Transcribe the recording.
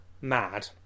mad